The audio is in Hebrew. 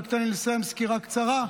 רק תן לי לסיים סקירה קצרה.